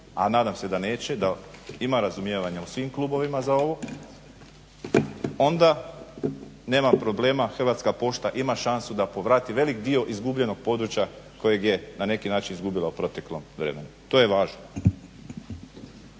a nadam se da neće, da ima razumijevanja u svim klubovima za ovo onda nema problema. Hrvatska pošta ima šansu da povrati velik dio izgubljenog područja kojeg je na neki način izgubila u proteklom vremenu. To je važno.